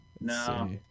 No